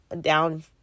down